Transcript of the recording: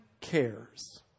cares